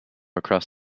across